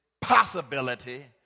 possibility